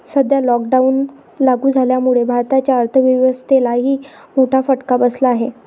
सध्या लॉकडाऊन लागू झाल्यामुळे भारताच्या अर्थव्यवस्थेलाही मोठा फटका बसला आहे